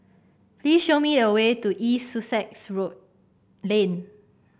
please show me the way to East Sussex Road Lane